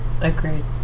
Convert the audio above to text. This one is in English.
Agreed